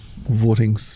voting